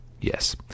Yes